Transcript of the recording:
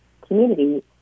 community